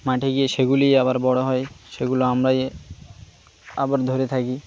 মাঠে গিয়ে সেগুলিই আবার বড় হয় সেগুলো আমরাই আবার ধরে থাকি